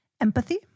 Empathy